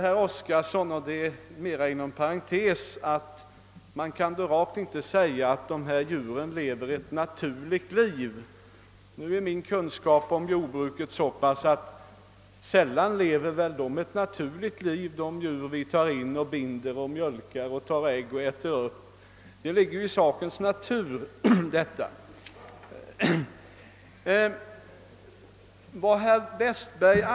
Herr Oskarson sade mera inom parentes att man rakt inte kan hävda att dessa djur lever ett naturligt liv. Nu är min kunskap om jordbruket så pass stor att jag måste säga, att sällan lever väl de djur som vi tar in och binder och mjölkar och tar ägg från ett naturligt liv — det hör till saken.